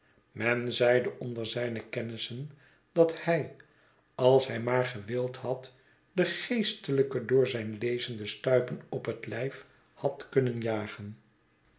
men zeide onder zijne kennissen dat hij als hij maar gewild had den geestelijke door zijn lezen de stuipen op het lijf had kunnen jagen